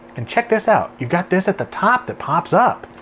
and check this out. you've got this at the top that pops up!